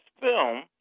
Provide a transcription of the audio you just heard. film